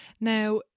Now